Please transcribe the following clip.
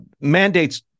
Mandates